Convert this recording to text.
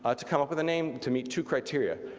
ah to come up with a name to meet two criteria.